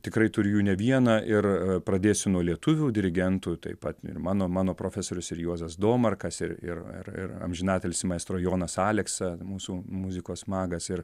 tikrai turiu jų ne vieną ir pradėsiu nuo lietuvių dirigentų taip pat ir mano mano profesorius ir juozas domarkas ir ir ir ir amžinatilsį maestro jonas aleksa mūsų muzikos magas ir